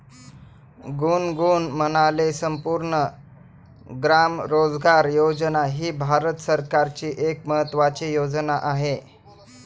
गुनगुन म्हणाले, संपूर्ण ग्राम रोजगार योजना ही भारत सरकारची एक महत्त्वाची योजना आहे